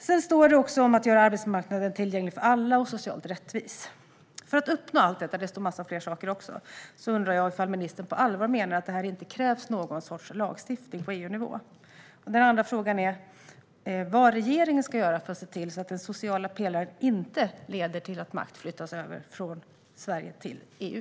Det står också om att göra arbetsmarknaden tillgänglig för alla och socialt rättvis och om en massa fler saker. Jag undrar om ministern på allvar menar att det inte, för att uppnå allt detta, krävs någon sorts lagstiftning på EU-nivå. Min andra fråga är vad regeringen ska göra för att se till att den sociala pelaren inte leder till att makt flyttas över från Sverige till EU.